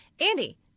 Andy